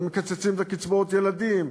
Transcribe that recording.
ומקצצים בקצבאות ילדים,